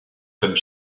comme